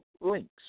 links